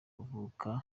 kuvuka